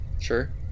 Sure